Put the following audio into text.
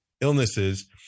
illnesses